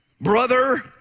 brother